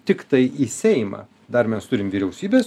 tiktai į seimą dar mes turim vyriausybės